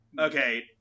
okay